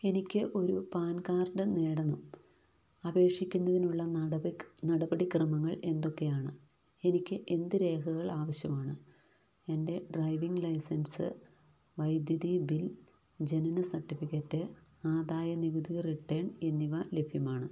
എനിക്കൊരു PAN card നേടണം അപേക്ഷിക്കുന്നതിനുള്ള നടപടിക്രമങ്ങൾ എന്തൊക്കെയാണ് എനിക്ക് എന്ത് രേഖകൾ ആവശ്യമാണ് എൻ്റെ ഡ്രൈവിംഗ് ലൈസൻസ് വൈദ്യുതി ബിൽ ജനന സർട്ടിഫിക്കറ്റ് ആദായനികുതി റിട്ടേൺ എന്നിവ ലഭ്യമാണ്